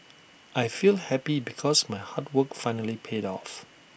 I feel happy because my hard work finally paid off